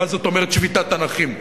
מה זאת אומרת שביתת הנכים?